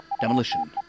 Demolition